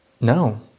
no